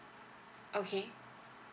okay